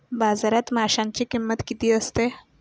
बाजारात माशांची किंमत किती असते?